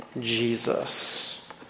Jesus